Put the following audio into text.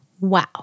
wow